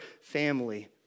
family